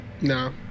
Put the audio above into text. No